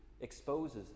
exposes